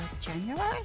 January